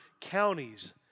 counties